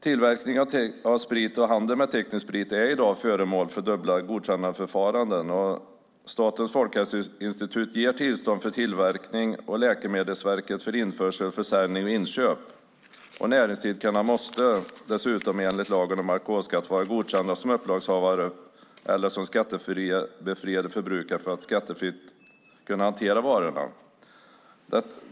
Tillverkning av sprit och handel med teknisk sprit är i dag föremål för dubbla godkännandeförfaranden. Statens folkhälsoinstitut ger tillstånd för tillverkning och Läkemedelsverket för införsel, försäljning och inköp. Näringsidkarna måste dessutom, enligt lagen om alkoholskatt, vara godkända som upplagshavare eller som skattebefriade förbrukare för att skattefritt kunna hantera varorna.